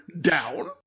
down